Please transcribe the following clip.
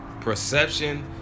perception